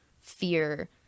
fear